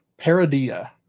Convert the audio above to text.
Paradia